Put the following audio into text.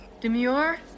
demure